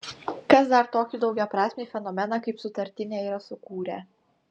kas dar tokį daugiaprasmį fenomeną kaip sutartinė yra sukūrę